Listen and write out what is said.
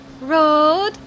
Road